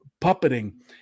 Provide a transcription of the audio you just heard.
puppeting